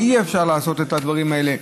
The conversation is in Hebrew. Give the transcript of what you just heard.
ואי-אפשר לעשות את הדברים האלה.